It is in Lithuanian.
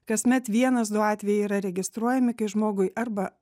kasmet vienas du atvejai yra registruojami kai žmogui arba